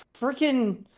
freaking